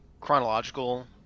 chronological